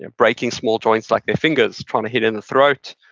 and breaking small joints like their fingers, trying to hit in the throat,